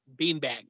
beanbag